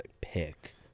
pick